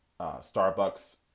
starbucks